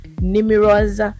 Numerous